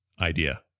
idea